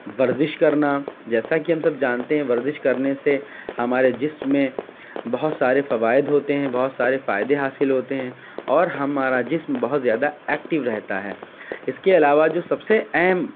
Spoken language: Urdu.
ورزش کرنا جیسا کہ ہم سب جانتے ہیں ورزش کرنے سے ہمارے جسم میں بہت سارے فوائد ہوتے ہیں بہت سارے فائدے حاصل ہوتے ہیں اور ہمارا جسم بہت زیاد ایکٹیو رہتا ہے اس کے علاوہ جو سب سے اہم